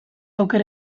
oker